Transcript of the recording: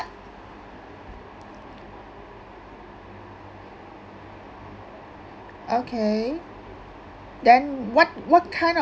okay then what what kind of